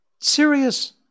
Serious